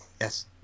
Yes